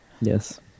Yes